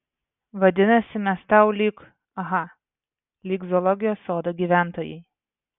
vadinasi mes tau lyg aha lyg zoologijos sodo gyventojai